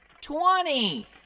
twenty